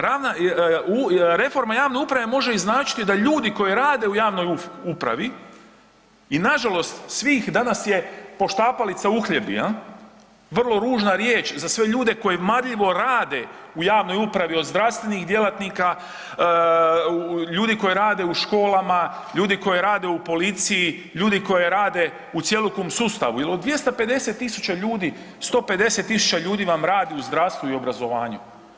Ravna, reforma javne uprave može i značiti da ljudi koji rade u javnoj upravi i nažalost svih danas je poštapalica uhljebi, vrlo ružna riječ za sve ljude koji marljivo rade u javnoj upravi, od zdravstvenih djelatnika, ljudi koji rade u školama, ljudi koji rade u policiji, ljudi koji rade u cjelokupnom sustavu jel od 250.000 ljudi 150.000 ljudi vam radi u zdravstvu i obrazovanju.